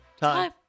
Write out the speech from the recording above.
Time